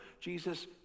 Jesus